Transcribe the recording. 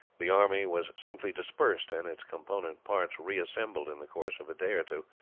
the army was simply dispersed, and its component parts reassembled in the course of a day or two,